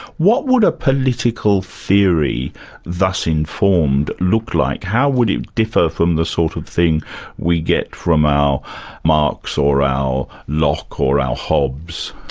what would a political theory thus informed, look like? how would it differ from the sort of thing we get from our marx or our locke or our hobbes?